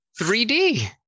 3D